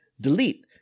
Delete